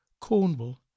Cornwall